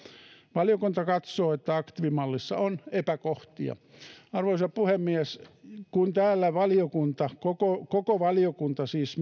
valiokunta katsoo että aktiivimallissa on epäkohtia arvoisa puhemies kun valiokunta koko koko valiokunta siis